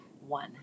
one